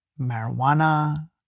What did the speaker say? marijuana